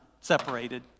separated